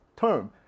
term